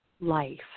life